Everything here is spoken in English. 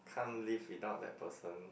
can't live without that person